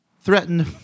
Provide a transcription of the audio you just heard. threatened